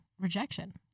rejection